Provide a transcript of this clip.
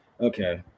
Okay